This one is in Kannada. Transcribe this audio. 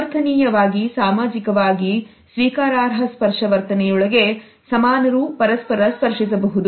ಸಮರ್ಥನೀಯವಾಗಿ ಸಾಮಾಜಿಕವಾಗಿ ಸ್ವೀಕಾರಾರ್ಹ ಸ್ಪರ್ಶ ವರ್ತನೆ ಯೊಳಗೆ ಸಮಾನರೂ ಪರಸ್ಪರ ಸ್ಪರ್ಶಿಸಬಹುದು